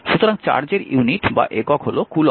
সুতরাং চার্জের ইউনিট বা একক হল কুলম্ব